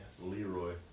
Leroy